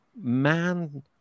man